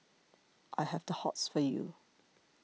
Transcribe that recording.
I have the hots for you